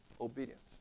obedience